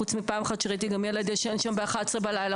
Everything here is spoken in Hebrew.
חוץ מפעם אחת שראיתי גם ילד שישן שם ב-23:00 בלילה.